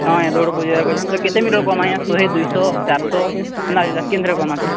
ହଁ ଆଜ୍ଞା ଦୌଡ଼ ପ୍ରତିଯୋଗିତା ବେଲେ କେତେ ମିିଟର୍ କର୍ମା ଆଜ୍ଞା ଶହେ ଦୁଇ ଶହ ଚାର୍ଶ କେନ୍ଥିରେ କର୍ମା